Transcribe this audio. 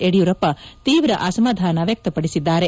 ಯಡಿಯೂರಪ್ಪ ತೀವ್ರ ಅಸಮಾಧಾನ ವ್ಯಕ್ತಪಡಿಸಿದ್ದಾರೆ